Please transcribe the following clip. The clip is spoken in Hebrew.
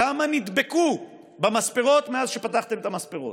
כמה נדבקו במספרות מאז שפתחתם את המספרות?